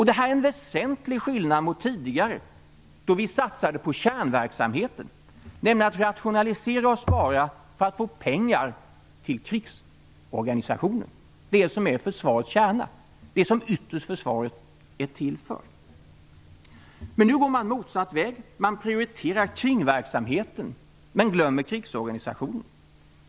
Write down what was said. Detta är en väsentlig skillnad mot tidigare, då man satsade på kärnverksamheten, nämligen att rationalisera och spara för att få pengar till krigsorganisationen, det som är försvarets kärna, det som försvaret ytterst är till för. Nu går man motsatt väg. Man prioriterar kringverksamheten men glömmer krigsorganisationen.